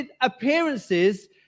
appearances